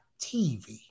TV